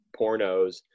pornos